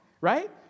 right